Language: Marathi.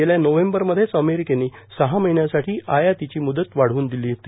गेल्या नोव्हेंबर मध्येच अमेरिकेनी सहा महिन्यासाठी आयातिची म्दत वाढव्न दिली होती